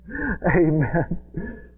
Amen